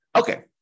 Okay